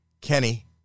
kenny